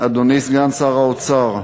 אדוני סגן שר האוצר,